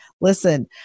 Listen